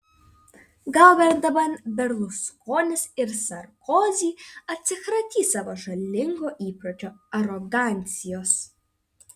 gal bent dabar berluskonis ir sarkozy atsikratys savo žalingo įpročio arogancijos